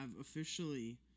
officially